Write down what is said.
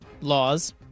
laws